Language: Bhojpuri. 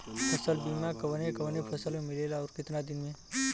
फ़सल बीमा कवने कवने फसल में मिलेला अउर कितना दिन में?